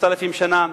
3,000 שנה,